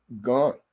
Gone